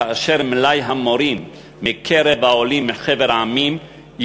כאשר המורים מקרב העולים מחבר המדינות